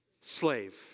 slave